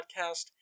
podcast